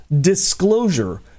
disclosure